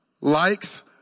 likes